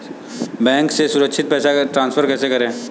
Bank से सुरक्षित पैसे ट्रांसफर कैसे करें?